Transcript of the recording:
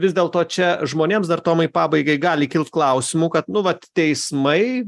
vis dėlto čia žmonėms dar tomai pabaigai gali kilt klausimų kad nu vat teismai